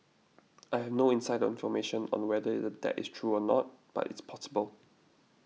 I have no inside information on whether that is true or not but it's possible